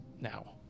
now